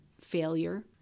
failure